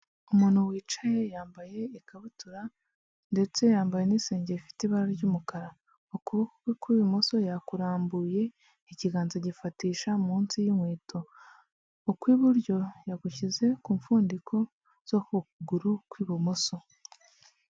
Umuntu wicaye yambaye ikabutura ndetse yambaye n'isenge ifite ibara ry'umukara, ukuboko kwe kw'ibumoso yakurambuye ikiganza agifatisha munsi y'inkweto. Ukw'iburyo yagushyize ku mfundiko zo ku kuguru kw'ibumoso.